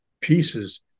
pieces